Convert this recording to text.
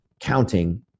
counting